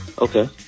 Okay